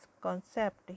concept